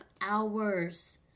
hours